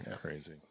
crazy